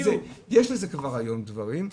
יש לזה כבר היום דברים,